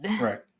right